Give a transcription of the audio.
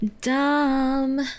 dumb